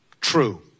true